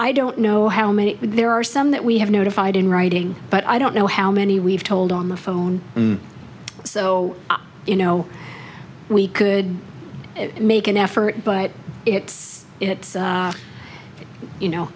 i don't know how many there are some that we have notified in writing but i don't know how many we've told on the phone and so you know we could make an effort but it's it's you know